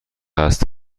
قصد